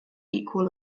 equal